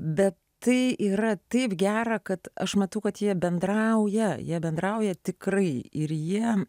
bet tai yra taip gera kad aš matau kad jie bendrauja jie bendrauja tikrai ir jie